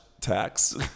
tax